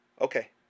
Okay